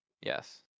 Yes